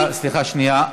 סליחה, שנייה.